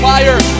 Fire